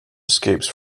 escapes